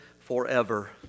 forever